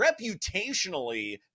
reputationally